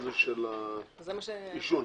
זה מה שהכנסת